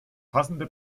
passende